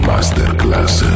Masterclass